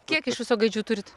kiek iš viso gaidžių turit